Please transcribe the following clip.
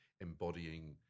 embodying